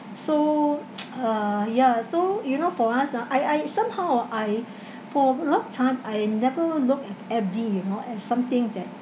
so uh yeah so you know for us ah I I somehow I for a long time I never look at F_D you know as something that